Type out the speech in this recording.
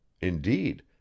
Indeed